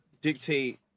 dictate